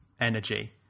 energy